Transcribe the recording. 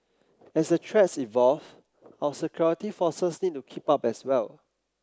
as the threats evolve our security forces need to keep up as well